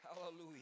hallelujah